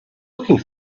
looking